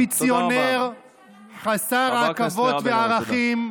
אמביציונר חסר עכבות וערכים.